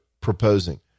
proposing